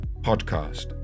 PODCAST